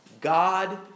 God